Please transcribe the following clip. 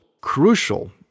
crucial